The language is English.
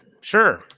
sure